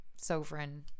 sovereign